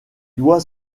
doit